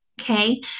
Okay